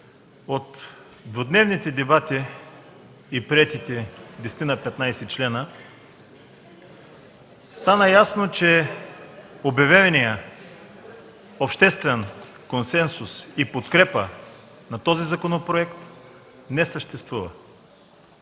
От двудневните дебати и приетите десетина-петнадесет члена стана ясно, че обявеният обществен консенсус и подкрепа на този законопроект не съществува.